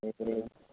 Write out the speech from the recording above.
ए